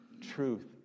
Truth